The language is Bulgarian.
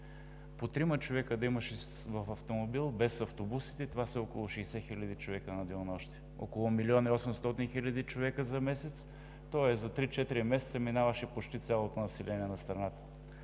По трима човека да имаше в автомобил, без автобусите, това са около 60 хил. човека на денонощие – около 1 млн. 800 хил. човека за месец. Тоест за 3 – 4 месеца минаваше почти цялото население на страната.